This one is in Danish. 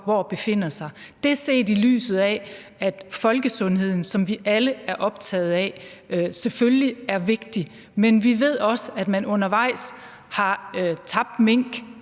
hvor befinder sig, og det er, set i lyset af at folkesundheden, som vi alle er optaget af, selvfølgelig er vigtig. Men vi ved også, at man undervejs har tabt mink